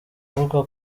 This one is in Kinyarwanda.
avuga